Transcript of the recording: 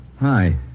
hi